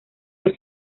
los